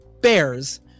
bears